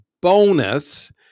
bonus